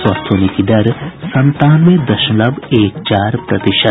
स्वस्थ होने की दर संतानवे दशमलव एक चार प्रतिशत